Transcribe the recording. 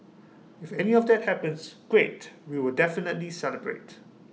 if any of that happens great we will definitely celebrate